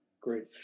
Great